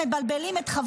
מפריעים לי לדבר.